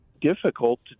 difficult